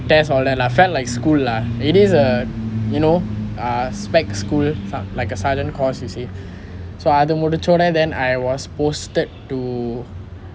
test all that lah felt like school lah it is a you know a specifications school for like a silent course you see so அது முடிச்சோடேன்:athu mudichodane then I was posted to